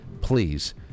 please